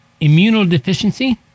immunodeficiency